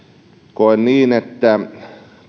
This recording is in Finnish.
koen että